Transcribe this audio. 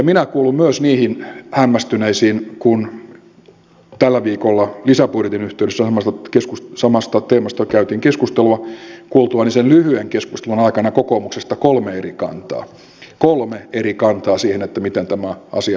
minä kuulun myös niihin hämmästyneisiin kun tällä viikolla lisäbudjetin yhteydessä samasta teemasta käytiin keskustelua kuultuani sen lyhyen keskustelun aikana kokoomuksesta kolme eri kantaa kolme eri kantaa siihen miten tämän asian pitäisi olla